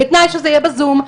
בתנאי שזה יהיה בזום.